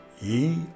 ye